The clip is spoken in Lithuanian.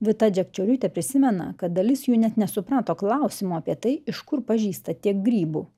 vita džekčioriūtė prisimena kad dalis jų net nesuprato klausimo apie tai iš kur pažįsta tiek grybų